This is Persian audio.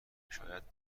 شاید